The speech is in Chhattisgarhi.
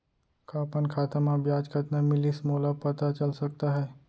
का अपन खाता म ब्याज कतना मिलिस मोला पता चल सकता है?